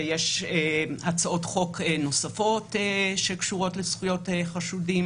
ויש הצעות חוק נוספות שקשורות לזכויות חשודים